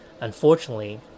unfortunately